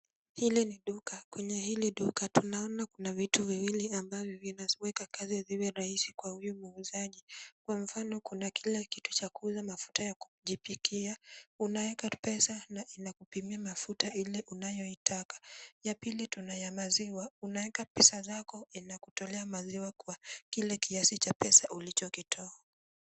Hili ni duka. Kwenye hili duka tunaona kuna vitu viwili ambavyo vinaweka kazi iwe rahisi kwa huyu muuzaji. Kwa mfano kuna kile kitu ya kuuza mafuta ya kujipikia. Unaweka pesa na inakupimia mafuta ile unayoitaka. Ya pili tuna ya maziwa, unaweka pesa zako inakutolea maziwa kwa kile kiasi cha pesa ulichokitoa.